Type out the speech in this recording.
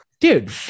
Dude